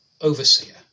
Overseer